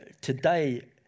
today